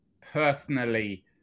personally